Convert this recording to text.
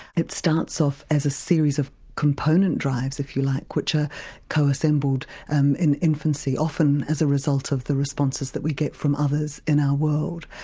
it starts off as a series of component drives if you like which are co-assembled um in infancy, often as a result of the responses that we get from others in our world.